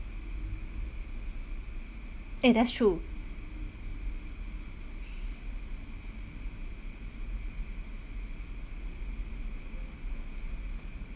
eh that's true